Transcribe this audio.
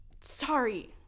Sorry